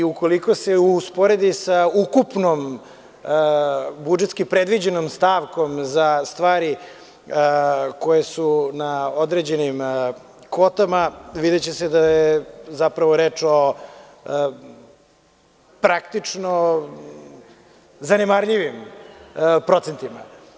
Ukoliko se uporedi sa ukupnom budžetski predviđenom stavkom za stvari koje su na određenim kotama, videće se da je zapravo reč o praktično, zanemarljivim procentima.